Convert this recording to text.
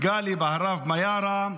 גלי בהרב-מיארה,